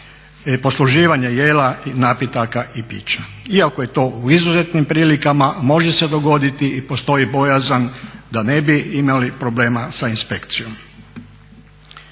posluživanje jela, napitaka i piša. Iako je to u izuzetnim prilikama može se dogoditi i postoji bojazan da ne bi imali problema sa inspekcijom.